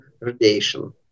Radiation